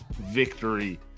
victory